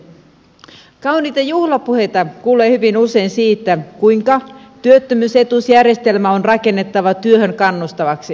kauniita juhlapuheita kuulee hyvin usein siitä kuinka työttömyysetuusjärjestelmä on rakennettava työhön kannustavaksi